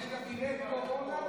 יש קבינט קורונה,